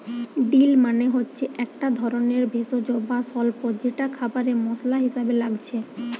deal মানে হচ্ছে একটা ধরণের ভেষজ বা স্বল্প যেটা খাবারে মসলা হিসাবে লাগছে